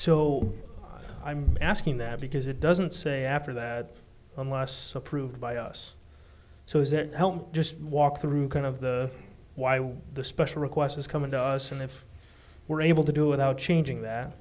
so i'm asking that because it doesn't say after that unless approved by us so is it just walk through kind of the why won't the special request is coming to us and if we're able to do without changing that